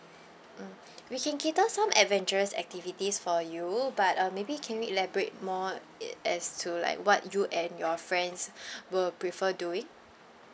mm we can cater some adventurous activities for you uh but uh maybe can elaborate more a~ as to like what you and your friends will prefer doing